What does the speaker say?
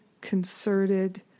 concerted